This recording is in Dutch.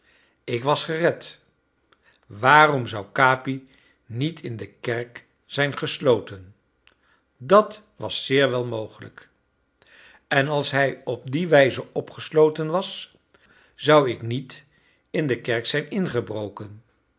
ik was gered waarom zou capi niet in de kerk zijn gesloten dat was zeer wel mogelijk en als hij op die wijze opgesloten was zou ik niet in de kerk zijn ingebroken